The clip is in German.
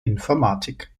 informatik